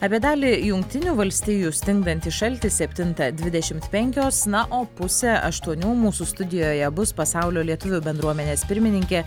apie dalį jungtinių valstijų stingdantį šaltį septintą dvidešimt penkios na o pusę aštuonių mūsų studijoje bus pasaulio lietuvių bendruomenės pirmininkė